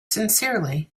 sincerely